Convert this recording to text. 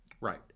Right